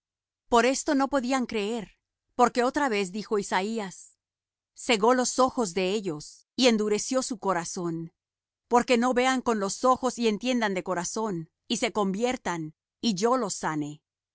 por esto no podían creer porque otra vez dijo isaías cegó los ojos de ellos y endureció su corazón porque no vean con los ojos y entiendan de corazón y se conviertan y yo los sane